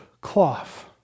cloth